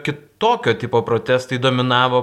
kitokio tipo protestai dominavo